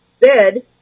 bed